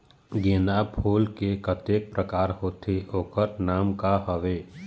गेंदा फूल के कतेक प्रकार होथे ओकर नाम का हवे?